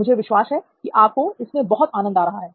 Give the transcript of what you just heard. मुझे विश्वास है की आपको इसमें बहुत आनंद आ रहा है